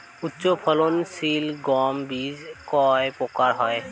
উচ্চ ফলন সিল গম বীজ কয় প্রকার হয়?